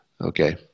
Okay